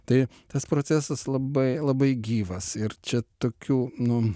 tai tas procesas labai labai gyvas ir čia tokių nu